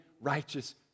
righteous